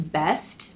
best